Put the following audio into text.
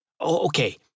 Okay